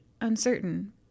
uncertain